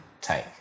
take